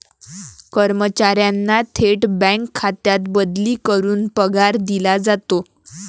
कर्मचाऱ्यांना थेट बँक खात्यात बदली करून पगार दिला जातो